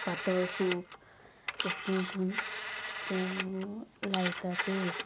पातळ सूप तेश करून करून तें लायता ते